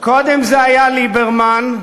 קודם זה היה ליברמן,